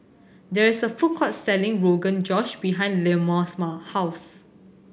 there is a food court selling Rogan Josh behind Leoma's house